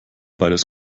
beides